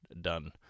done